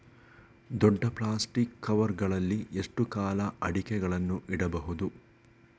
ದೊಡ್ಡ plastic cover ಗಳಲ್ಲಿ ಎಷ್ಟು ಕಾಲ ಅಡಿಕೆಗಳನ್ನು ಇಡಬಹುದು?